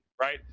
right